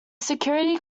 security